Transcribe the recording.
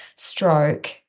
stroke